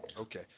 Okay